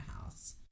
house